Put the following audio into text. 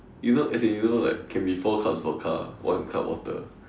you know as in you know like can be four cups vodka one cup water